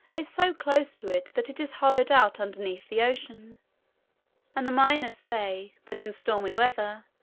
is so close to it that it is hollowed out underneath the ocean and the miners say, that in stormy weather,